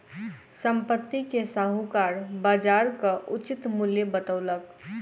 संपत्ति के साहूकार बजारक उचित मूल्य बतौलक